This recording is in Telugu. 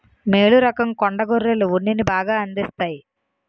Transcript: మేలు రకం కొండ గొర్రెలు ఉన్నిని బాగా అందిస్తాయి